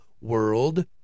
world